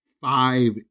five